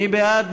מי בעד?